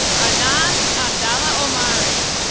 anas abduala omari.